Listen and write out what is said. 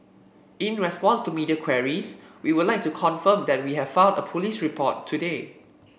in response to media queries we would like to confirm that we have filed a police report today